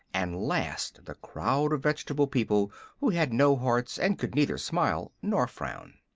and last the crowd of vegetable people who had no hearts and could neither smile nor frown.